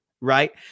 right